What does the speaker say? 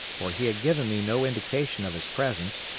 for he had given me no indication of his presence,